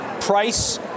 price